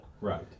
Right